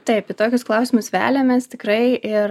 taip į tokius klausimus veliamės tikrai ir